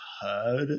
heard